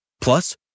Plus